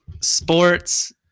sports